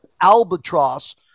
albatross